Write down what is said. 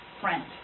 friend